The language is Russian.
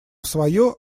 свое